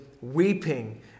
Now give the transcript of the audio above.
weeping